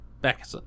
back